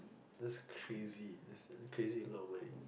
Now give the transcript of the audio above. that's crazy that's crazy a lot of money